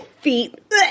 Feet